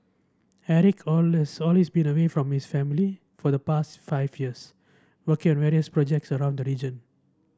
Eric been away from his family for the past five years working on various projects around the region